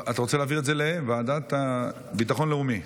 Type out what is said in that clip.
אתה רוצה להעביר את זה לוועדה לביטחון הלאומי?